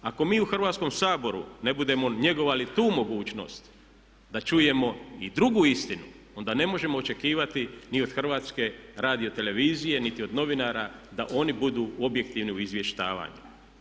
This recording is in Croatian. Ako mi u Hrvatskom saboru ne budemo njegovali tu mogućnost da čujemo i drugu istinu, onda ne možemo očekivati ni od Hrvatske radiotelevizije, niti od novinara da oni budu objektivni u izvještavanju.